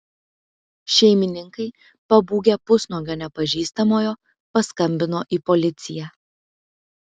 šeimininkai pabūgę pusnuogio nepažįstamojo paskambino į policiją